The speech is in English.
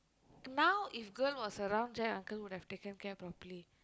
now if girl was around Jack uncle would have taken care properly